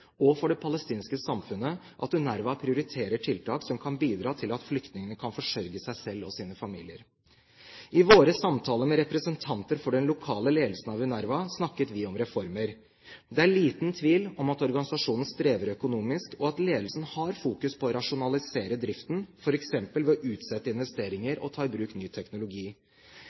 og for det palestinske samfunnet at UNRWA prioriterer tiltak som kan bidra til at flyktningene kan forsørge seg selv og sine familier. I våre samtaler med representanter for den lokale ledelsen av UNRWA snakket vi om reformer. Det er liten tvil om at organisasjonen strever økonomisk, og at ledelsen har fokus på å rasjonalisere driften, f.eks. ved å utsette investeringer og ta i bruk ny teknologi.